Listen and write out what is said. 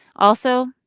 also,